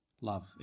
Love